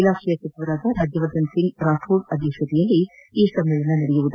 ಇಲಾಖೆಯ ಸಚಿವರಾದ ರಾಜ್ಯವರ್ಧನ್ ಸಿಂಗ್ ಅಧ್ಯಕ್ಷತೆಯಲ್ಲಿ ಈ ಸಮ್ಮೇಳನ ನಡೆಯಲಿದೆ